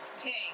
Okay